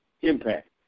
impact